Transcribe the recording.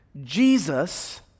Jesus